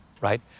right